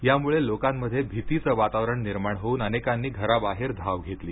यामुळ लोकांमध्ये भीतीचं वातावरण निर्माण होऊन अनेकांनी घराबाहेर धाव घेतली